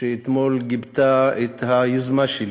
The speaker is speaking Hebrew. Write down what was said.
שאתמול גיבתה את היוזמה שלי,